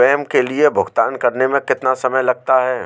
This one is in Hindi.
स्वयं के लिए भुगतान करने में कितना समय लगता है?